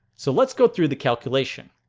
so let's go through the calculation.